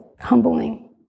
humbling